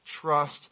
trust